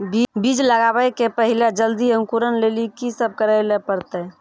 बीज लगावे के पहिले जल्दी अंकुरण लेली की सब करे ले परतै?